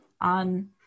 on